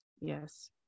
yes